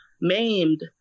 maimed